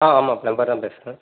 ஆ ஆமாம் ப்ளம்பெர் தான் பேசுகிறேன்